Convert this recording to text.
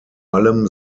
allem